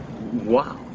Wow